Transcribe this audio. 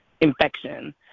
infection